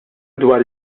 dwar